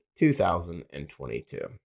2022